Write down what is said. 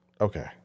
Okay